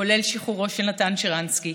כולל שחרורו של נתן שרנסקי,